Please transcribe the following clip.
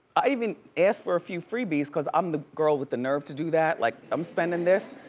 i even asked for a few freebies cause i'm the girl with the nerve to do that. like i'm spending this,